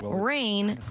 rain,